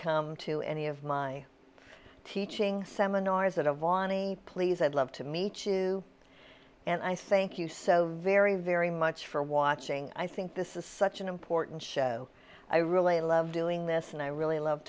come to any of my teaching seminars at avani please i'd love to meet you and i thank you so very very much for watching i think this is such an important show i really love doing this and i really love